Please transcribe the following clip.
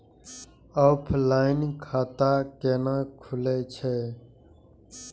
Offline खाता कैना खुलै छै?